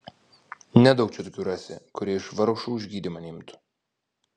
nedaug čia tokių rasi kurie iš vargšų už gydymą neimtų